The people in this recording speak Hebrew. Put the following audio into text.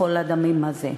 מחול הדמים הזה.